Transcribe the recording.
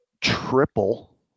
triple